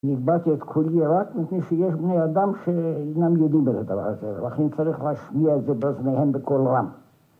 אני הגבהתי את קולי רק מפני שיש בני אדם שאינם יודעים בזה דבר הזה לכן צריך להשמיע את זה בזמניהם בכל רם